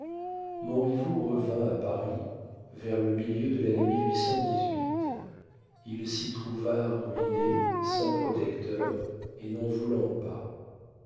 tenir montriveau revint à paris vers le milieu de l'année il s'y trouva ruiné sans protecteurs et n'en voulant pas